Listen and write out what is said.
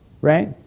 right